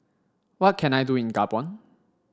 what can I do in Gabon